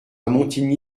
montigny